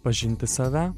pažinti save